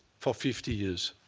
for fifty years.